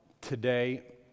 today